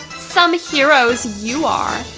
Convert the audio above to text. some heroes you are.